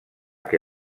que